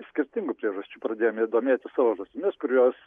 skirtingų priežasčių pradėjome domėtis savo žąsimis kur jos